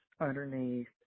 underneath